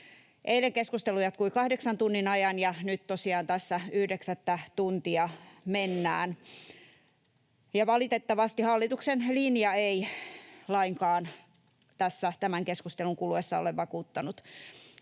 Eilen keskustelu jatkui kahdeksan tunnin ajan, ja nyt tosiaan tässä yhdeksättä tuntia mennään, ja valitettavasti hallituksen linja ei lainkaan tässä tämän keskustelun kuluessa ole vakuuttanut.